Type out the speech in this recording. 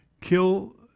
kill